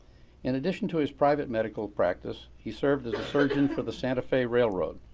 in addition to his private medical practice, he served as a surgeon for the santa fe railroad,